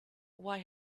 why